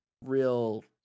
real